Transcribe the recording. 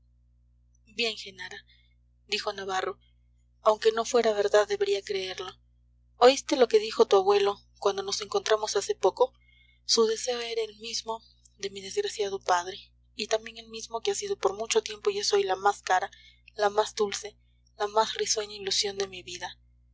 bien genara dijo navarro aunque no fuera verdad debería creerlo oíste lo que dijo tu abuelo cuando nos encontramos hace poco su deseo era el mismo de mi desgraciado padre y también el mismo que ha sido por mucho tiempo y es hoy la más cara la más dulce la más risueña ilusión de mi vida